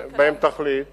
שהכנסת תחליט עליה,